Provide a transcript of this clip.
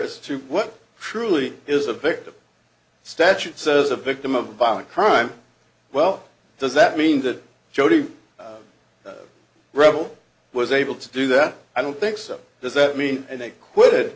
as to what truly is a victim statute says a victim of violent crime well does that mean that jodi rebel was able to do that i don't think so does that mean they quit